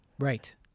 Right